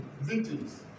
victims